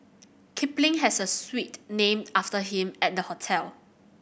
Kipling has a suite named after him at the hotel